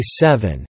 seven